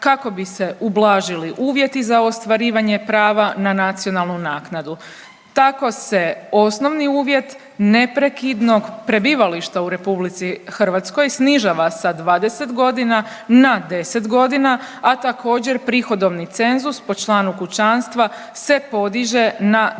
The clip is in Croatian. kako bi se ublažili uvjeti za ostvarivanje prava na nacionalnu naknadu. Tako se osnovni uvjet neprekidnog prebivališta u RH snižava sa 20 godina na 10 godina, a također, prihodovni cenzus po članu kućanstva se podiže na dvostruki